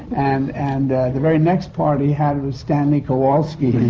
and. and the very next part he had was stanley kowalski.